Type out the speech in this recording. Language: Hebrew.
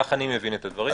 כך אני מבין את הדברים.